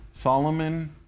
Solomon